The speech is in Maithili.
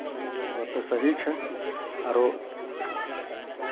ई बात तऽ सही छै आरो